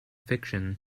fiction